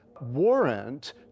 warrant